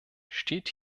steht